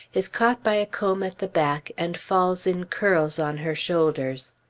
is caught by a comb at the back and falls in curls on her shoulders.